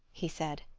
he said,